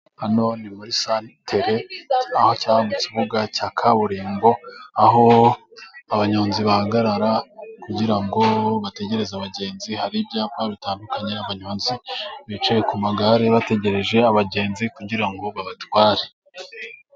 Hano ni muri satere aho cya kibuga cya kaburimbo ,aho abanyonzi bahagarara kugira ngo bategereze abagenzi hari ibyapa bitandukanye, abanyonzi bicaye ku magare bategereje abagenzi kugira ngo babatware.